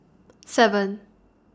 seven